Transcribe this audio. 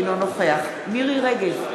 אינו נוכח מירי רגב,